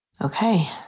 Okay